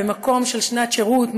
ומקום של שנת שירות,